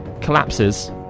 collapses